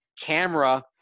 camera